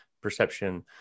perception